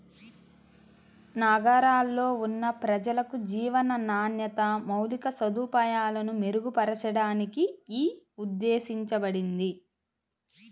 నగరాల్లో ఉన్న ప్రజలకు జీవన నాణ్యత, మౌలిక సదుపాయాలను మెరుగుపరచడానికి యీ ఉద్దేశించబడింది